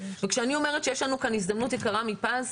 וכשאני אומרת שיש לנו כאן הזדמנות יקרה מפז,